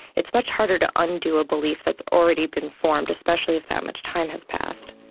it's much harder to undo a belief that's already been formed, especially if that much time has passed.